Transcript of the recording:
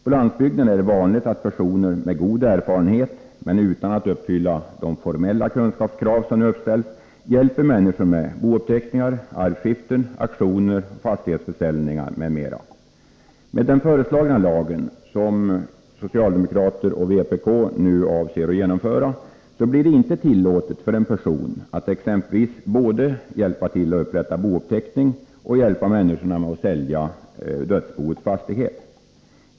På landsbygden är det vanligt att personer som besitter god erfarenhet, men som inte uppfyller de formella kunskapskrav vilka nu uppställs, hjälper människor med bouppteckningar, arvskiften, auktioner, fastighetsförsäljningar m.m. Med den föreslagna lagen — som socialdemokrater och vpk nu avser att driva igenom — blir det inte tillåtet för en person att exempelvis både upprätta bouppteckning och hjälpa människorna med att sälja dödsboets fastighet.